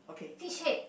fish head